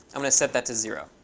i going to set that to zero.